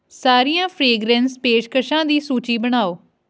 ਸਾਰੀਆਂ ਫਰੇਗਰੇਂਸ ਪੇਸ਼ਕਸ਼ਾਂ ਦੀ ਸੂਚੀ ਬਣਾਓ